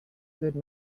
good